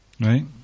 right